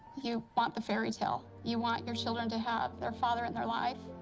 you want the fairy tale. you want your children to have their father in their life.